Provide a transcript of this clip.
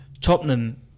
Tottenham